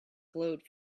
glowed